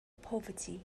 poverty